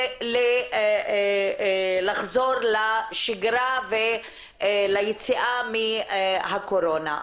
ולחזור לשגרה וליציאה מהקורונה.